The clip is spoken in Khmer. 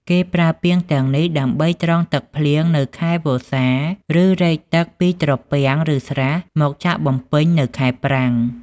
គេប្រើពាងទាំងនេះដើម្បីត្រងទឹកភ្លៀងនៅខែវស្សា ឬ រែកទឹកពីត្រពាំង ឬស្រះមកចាក់បំពេញនៅខែប្រាំង។